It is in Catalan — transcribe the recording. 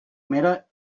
mera